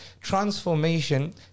Transformation